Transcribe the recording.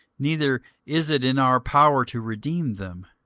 neither is it in our power to redeem them